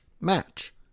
match